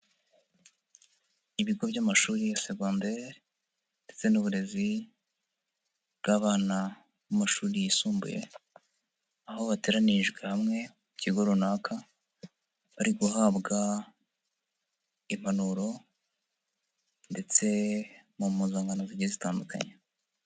Ibigo by'amashuri ya secondaire ndetse n'uburezi bw'abana mu mashuri yisumbuye, aho bateranirijwe hamwe mu kigo runaka, bari guhabwa impanuro ndetse mu mpuzankano zigiye zitandukanye.